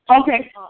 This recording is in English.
Okay